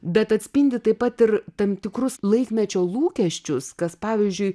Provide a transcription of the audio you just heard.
bet atspindi taip pat ir tam tikrus laikmečio lūkesčius kas pavyzdžiui